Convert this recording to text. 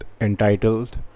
entitled